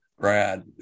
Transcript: Brad